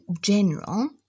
general